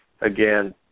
again